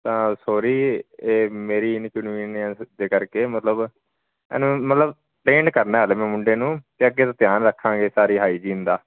ਤਾਂ ਸੋਰੀ ਇਹ ਮੇਰੀ ਇੰਨਕਨੀਵੀਨੀਅੰਸ ਦੇ ਕਰਕੇ ਮਤਲਬ ਇਹਨੂੰ ਮਤਲਬ ਟਰੇਨਡ ਕਰਨਾ ਹਾਲੇ ਮੈਂ ਮੁੰਡੇ ਨੂੰ ਅਤੇ ਅੱਗੇ ਤੋਂ ਧਿਆਨ ਰੱਖਾਂਗੇ ਸਾਰੀ ਹਾਈਜੀਨ ਦਾ